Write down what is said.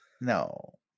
no